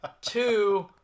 Two